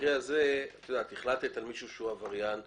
במקרה הזה החלטת על מישהו שהוא עבריין.